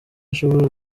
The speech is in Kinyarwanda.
ashobora